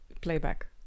playback